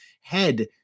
head